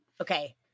Okay